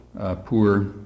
Poor